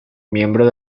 miembro